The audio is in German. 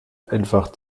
einfach